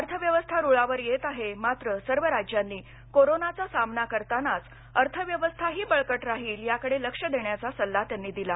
अर्थव्यवस्था रूळावर येत आहे मात्र सर्व राज्यांनी कोरोनाचा सामना करतानाच अर्थव्यवस्थाही बळकट राहील या कडे लक्ष देण्याचा सल्ला त्यांनी दिला